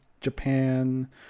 japan